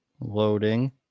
Loading